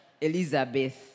Elizabeth